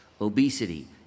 Obesity